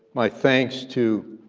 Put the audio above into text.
my thanks to